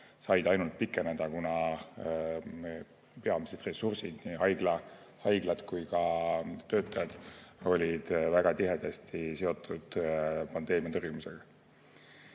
on pikenenud, kuna peamised ressursid, nii haiglad kui ka töötajad, on olnud väga tihedasti seotud pandeemia tõrjumisega.